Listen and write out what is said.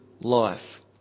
life